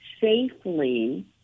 safely